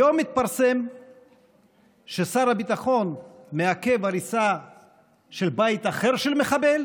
היום מתפרסם ששר הביטחון מעכב הריסה של בית אחר של מחבל